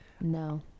No